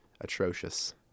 atrocious